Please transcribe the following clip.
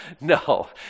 no